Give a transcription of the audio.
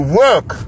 work